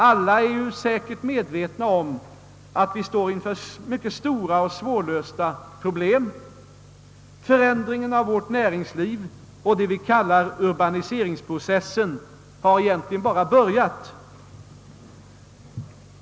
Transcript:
Alla är säkerligen medvetna om att vi står inför mycket stora och svårlösta problem. Förändringen av vårt näringsliv och det vi kallar urbaniseringsprocessen har egentligen bara börjat.